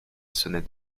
sonnette